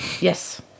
yes